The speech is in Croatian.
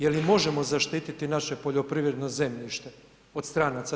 Je li možemo zaštititi naše poljoprivredno zemljište od stranaca?